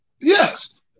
Yes